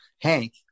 Hank